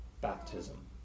baptism